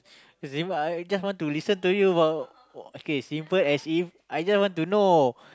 simple I I just want to listen to you about okay simple as If I just want to know